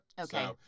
Okay